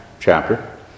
chapter